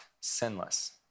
sinless